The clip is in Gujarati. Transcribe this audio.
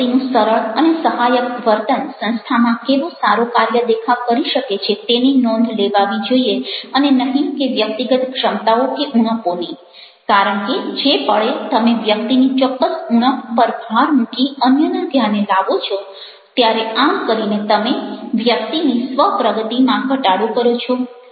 આવી વ્યક્તિનું સરળ અને સહાયક વર્તન સંસ્થામાં કેવો સારો કાર્ય દેખાવ કરી શકે છે તેની નોંધ લેવાવી જોઈએ અને નહિ કે વ્યક્તિગત ક્ષમતાઓ કે ઉણપોની કારણ કે જે પળે તમે વ્યક્તિની ચોક્કસ ઉણપ પર ભાર મૂકી અન્યના ધ્યાને લાવો છો ત્યારે આમ કરીને તમે વ્યક્તિની સ્વ પ્રગતિમાં ઘટાડો કરો છો